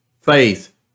Faith